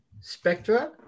Spectra